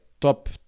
top